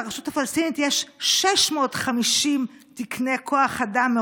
לרשות הפלסטינית יש 650 תקני כוח אדם,